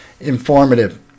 informative